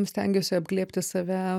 stengiuosi apglėbti save